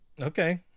Okay